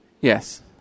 Yes